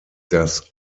das